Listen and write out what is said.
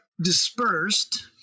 dispersed